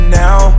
now